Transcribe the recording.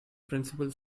principal